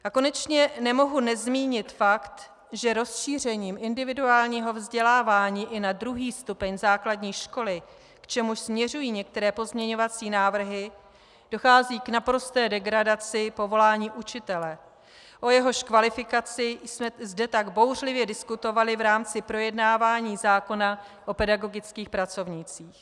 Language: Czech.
A konečně nemohu nezmínit fakt, že rozšířením individuálního vzdělávání i na druhý stupeň základní školy, k čemuž směřují některé pozměňovací návrhy, dochází k naprosté degradaci povolání učitele, o jehož kvalifikaci jsme tak bouřlivě diskutovali v rámci projednávání zákona o pedagogických pracovnících.